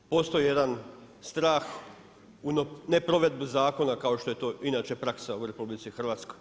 Postoji jedan strah u neprovedbu zakona kao što je to inače praksa u RH.